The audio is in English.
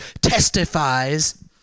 testifies